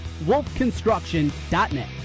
wolfconstruction.net